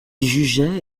jugeait